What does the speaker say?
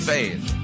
Faith